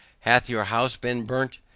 hath your house been burnt?